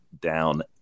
down